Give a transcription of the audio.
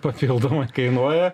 papildomai kainuoja